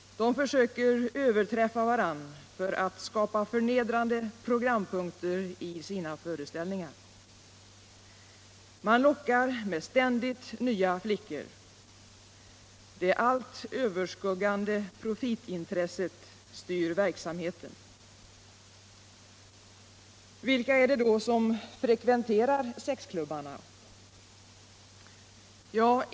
De försöker överträffa varandra för att skapa förnedrande programpunkter i sina föreställningar. Man lockar med ständigt nya flickor. Det allt överskuggande profitintresset styr verksamheten. Vilka är det då som frekventerar sexklubbarna?